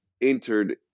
entered